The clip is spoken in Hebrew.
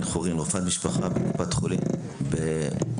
רופאת משפחה בקופת חולים במודיעין,